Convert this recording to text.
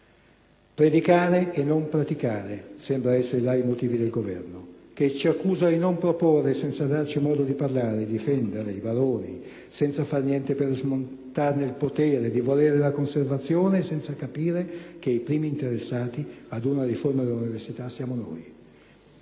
«Predicare e non praticare» sembra essere il *leitmotiv* del Governo, che ci accusa di non proporre, senza darci modo di parlare; di difendere i baroni, senza far niente per smontarne il potere; di volere la conservazione, senza capire che i primi interessati ad una riforma dell'università siamo noi.